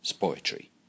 poetry